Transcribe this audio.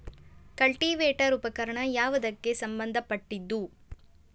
Cultivator ಉಪಕರಣ ಯಾವದಕ್ಕ ಸಂಬಂಧ ಪಟ್ಟಿದ್ದು?